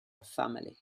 family